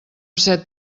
set